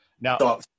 Now